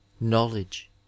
knowledge